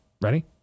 Ready